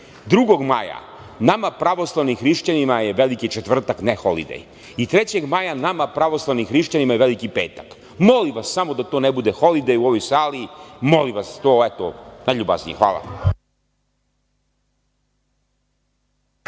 2. maja, nama pravoslavnim hrišćanima je Veli četvrtak, ne holidej i 3. maja nama pravoslavnim hrišćanima je Veliki petak. Molim vas da to ne bude samo holidej u ovoj sali. Molim vas, najljubaznije. Hvala.